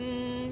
um